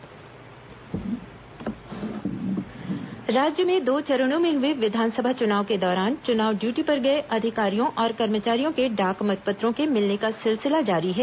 डाक मतपत्र राज्य में दो चरणों में हुए विधानसभा चुनाव के दौरान चुनाव ड्यूटी पर गए अधिकारियों और कर्मचारियों के डाक मतपत्रों के मिलने का सिलसिला जारी है